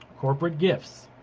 corporate gifts.